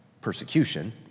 persecution